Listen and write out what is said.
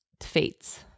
fates